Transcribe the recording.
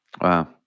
Wow